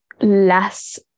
less